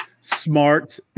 smart